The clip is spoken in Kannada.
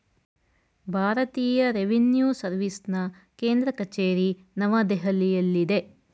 ಭಾರತೀಯ ರೆವಿನ್ಯೂ ಸರ್ವಿಸ್ನ ಕೇಂದ್ರ ಕಚೇರಿ ನವದೆಹಲಿಯಲ್ಲಿದೆ